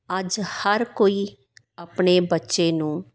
ਅੱਜ ਹਰ ਕੋਈ ਆਪਣੇ ਬੱਚੇ ਨੂੰ